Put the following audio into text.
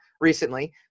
recently